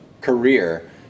career